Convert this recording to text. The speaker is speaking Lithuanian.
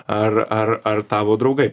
ar ar ar tavo draugai